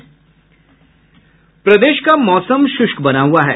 प्रदेश का मौसम शुष्क बना हुआ है